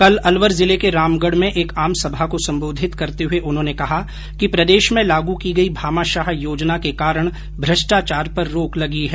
कल अलवर जिले के रामगढ़ में एक आमसभा को संबोधित करते हुए उन्होंने कहा कि प्रदेश में लागू की गई भामाशाह योजना के कारण भ्रष्टाचार पर रोक लगी है